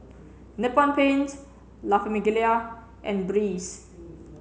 Nippon Paints La Famiglia and Breeze